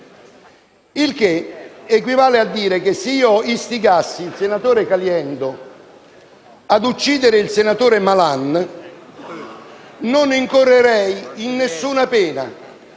Il che equivale dire che se io istigassi il senatore Caliendo ad uccidere il senatore Malan non incorrerei in alcuna pena